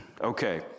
Okay